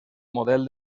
model